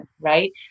right